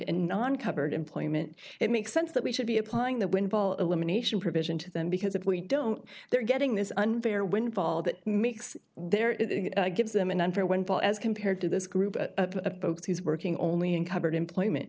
and not uncovered employment it makes sense that we should be applying that windfall elimination provision to them because if we don't they're getting this unfair windfall that makes their it gives them an unfair one ball as compared to this group a folks whose working only uncovered employment